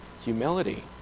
humility